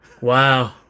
Wow